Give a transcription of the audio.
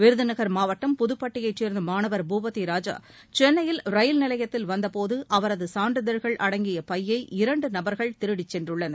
விருதுநகர் மாவட்டம் புதுப்பட்டியைச் சேர்ந்த மாணவர் பூபதி ராஜா எழும்பூர் ரயில் நிலையத்தில் வந்த போது அவரது சான்றிதழ்கள் அடங்கிய பையை இரண்டு நபர்கள் திருடிச் சென்றுள்ளனர்